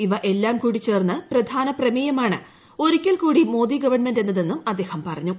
ഇവ എല്ലാകൂടി ചേർന്ന പ്രധാന ൃപ്മേയ്മാണ് ഒരിക്കൽകൂടി മോദി ഗവൺമെന്റ് എന്നതെന്നുംആദ്ദേഹം പറഞ്ഞു